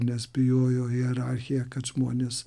nes bijojo hierarchija kad žmonės